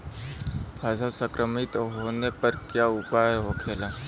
फसल संक्रमित होने पर क्या उपाय होखेला?